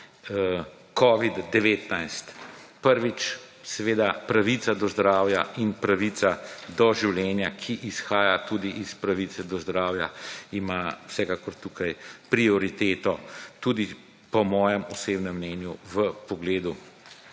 Covid-19. Prvič, seveda pravica do zdravja in pravica do življenja, ki izhaja tudi iz pravice do zdravja, ima vsekakor tukaj prioriteto, tudi po mojem osebnem mnenju, v pogledu